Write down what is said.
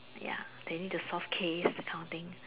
ya they need to solve case that kind of thing